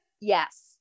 Yes